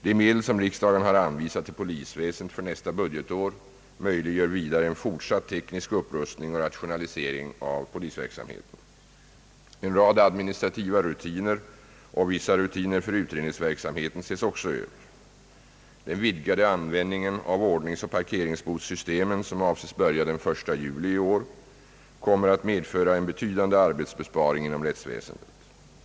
De medel som riksdagen har anvisat till polisväsendet för nästa budgetår möjliggör vidare en fortsatt teknisk upprustning och rationalisering av polisverksamheten. En rad administrativa rutiner ochr vissa rutiner för utredningsverksamheten ses också över. Den vidgade användningen av ordningsoch parkeringsbotssystemen som avses börja den 1 juli 1968 kommer att medföra en betydande arbetsbesparing inom rättsväsendet.